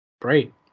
Great